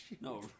No